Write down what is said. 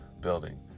building